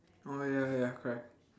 oh ya ya correct